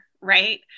right